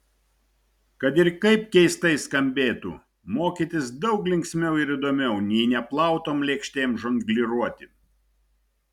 kad ir kaip keistai skambėtų mokytis daug linksmiau ir įdomiau nei neplautom lėkštėm žongliruoti